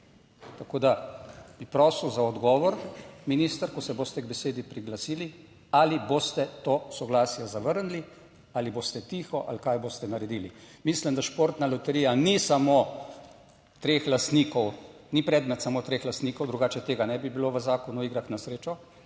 Tako, da bi prosil za odgovor minister, ko se boste k besedi priglasili. Ali boste to soglasje zavrnili ali boste tiho ali kaj boste naredili? Mislim, da športna loterija ni samo treh lastnikov, ni predmet samo treh lastnikov, drugače tega ne bi bilo v zakonu o igrah na srečo.